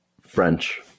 French